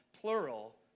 plural